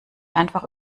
einfach